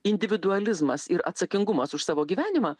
individualizmas ir atsakingumas už savo gyvenimą